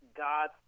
God